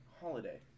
holiday